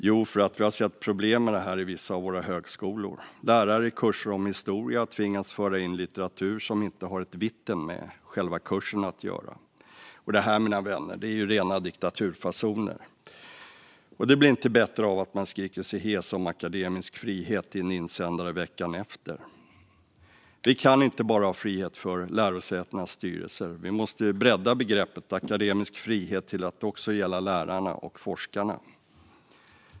Jo, för att vi har sett problem med detta på vissa av våra högskolor. Lärare som undervisar i kurser om historia har tvingats föra in litteratur som inte har ett vitten med själva kursen att göra. Detta, mina vänner, är rena diktaturfasoner. Det blir inte bättre av att man skriker sig hes om akademisk frihet i en insändare veckan efter. Vi kan inte ha frihet bara för lärosätenas styrelser. Vi måste bredda begreppet akademisk frihet till att också gälla lärarna och forskarna.